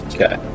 Okay